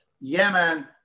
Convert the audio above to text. Yemen